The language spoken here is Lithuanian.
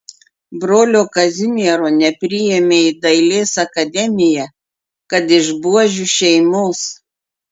brolio kazimiero nepriėmė į dailės akademiją kad iš buožių šeimos